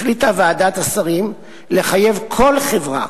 החליטה ועדת השרים לחייב כל חברה